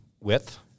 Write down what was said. width